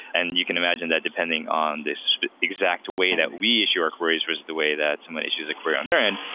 and you can imagine that depending on this exact way that we issue our queries versus the way that someone issues their query on their end,